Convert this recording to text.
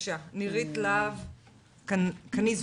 להב קניזו.